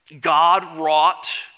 God-wrought